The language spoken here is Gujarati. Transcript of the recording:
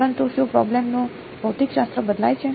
પરંતુ શું પ્રોબ્લેમ નું ભૌતિકશાસ્ત્ર બદલાયું છે